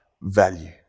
value